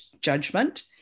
judgment